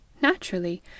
naturally